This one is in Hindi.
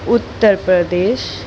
उत्तर प्रदेश